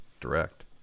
direct